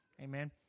Amen